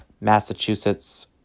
Massachusetts